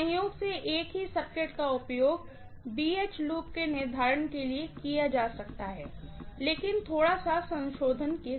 संयोग से एक ही सर्किट का उपयोग BH लूप के निर्धारण के लिए किया जा सकता है लेकिन थोड़ा सा संशोधन के साथ